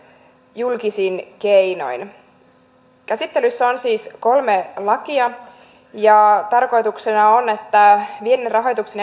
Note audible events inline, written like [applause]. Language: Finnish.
julkisin keinoin käsittelyssä on siis kolme lakia ja tarkoituksena on että viennin rahoituksen [unintelligible]